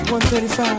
135